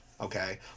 Okay